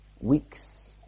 weeks